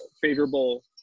favorable